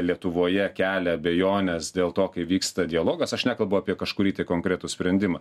lietuvoje kelia abejones dėl to kai vyksta dialogas aš nekalbu apie kažkurį tai konkretų sprendimą